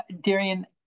Darian